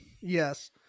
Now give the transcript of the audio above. Yes